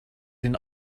den